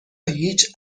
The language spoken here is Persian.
هیچ